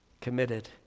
committed